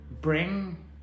bring